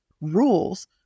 rules